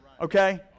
Okay